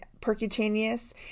percutaneous